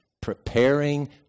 preparing